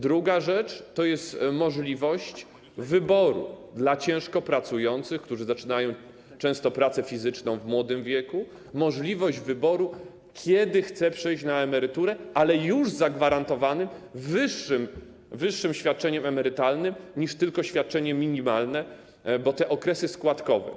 Druga rzecz, to jest możliwość wyboru dla ciężko pracujących, którzy zaczynają często pracę fizyczną w młodym wieku, kiedy chcą przejść na emeryturę, ale już z zagwarantowanym wyższym świadczeniem emerytalnym niż tylko świadczenie minimalne, bo te okresy składkowe.